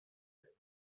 دارین